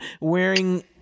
wearing